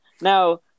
now